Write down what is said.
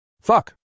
Fuck